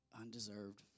undeserved